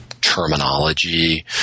terminology